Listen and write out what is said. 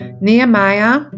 nehemiah